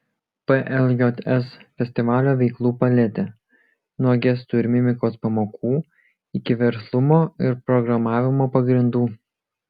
pljs festivalio veiklų paletė nuo gestų ir mimikos pamokų iki verslumo ir programavimo pagrindų